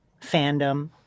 fandom